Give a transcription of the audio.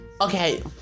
Okay